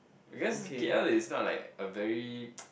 because K_L is not like a very